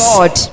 God